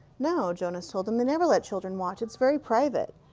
no, jonas told him. they never let children watch. it's very private.